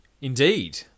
Indeed